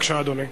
אדוני,